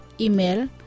Email